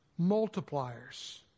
multipliers